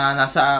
nasa